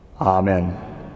Amen